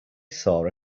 saw